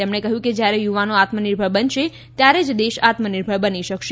તેમણે કહ્યું કે જ્યારે યુવાનો આત્મનિર્ભર બનશે ત્યારે જ દેશ આત્મનિર્ભર બની શકશે